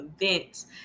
events